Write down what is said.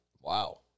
Wow